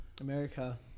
America